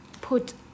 put